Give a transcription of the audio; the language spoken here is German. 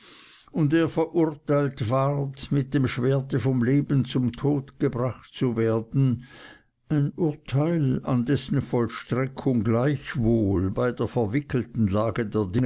und er verurteilt ward mit dem schwerte vom leben zum tode gebracht zu werden ein urteil an dessen vollstreckung gleichwohl bei der verwickelten lage